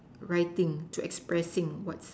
writing to expressing what's